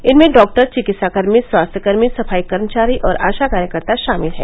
इनमें डॉक्टर चिकित्साकर्मी स्वास्थ्यकर्मी सफाई कर्मचारी और आशा कार्यकर्ता शामिल हैं